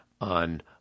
on